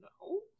No